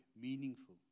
meaningful